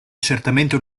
certamente